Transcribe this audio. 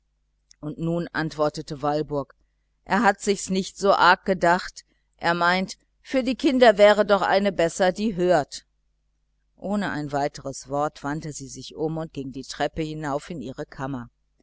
und nun antwortete walburg er hat sich's nicht so arg gedacht er meint für die kinder wäre doch eine besser die hört ohne ein weiteres wort wandte sie sich um und ging die treppe hinauf in ihre kammer